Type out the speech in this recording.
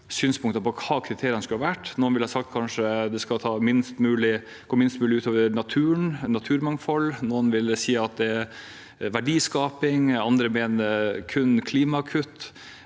synspunkter på hva kriteriene skulle vært. Noen ville kanskje sagt at det skal gå minst mulig ut over naturen og naturmangfoldet. Noen vil si at det er verdiskaping, andre tenker kun på klimakutt.